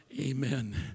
Amen